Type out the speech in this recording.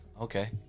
okay